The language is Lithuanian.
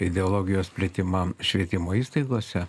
ideologijos plitimą švietimo įstaigose